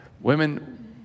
women